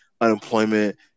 unemployment